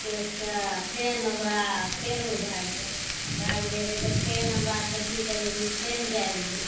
पोसिके आओर फेन ओकरा फेन उ भागि जाइ रहय भागि जाइ रहय तऽ फेन हमरा अरके की करय रहियै फेन जाइ रहियै